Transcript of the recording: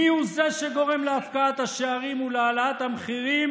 מי הוא שגורם להפקעת השערים ולהעלאת המחירים